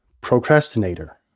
procrastinator